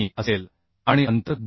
असेल आणि अंतर 2 मि